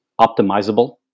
optimizable